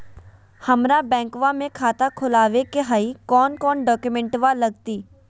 हमरा बैंकवा मे खाता खोलाबे के हई कौन कौन डॉक्यूमेंटवा लगती?